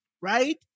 right